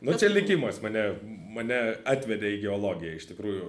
nu čia likimas mane mane atvedė į geologiją iš tikrųjų